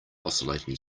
oscillating